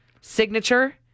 signature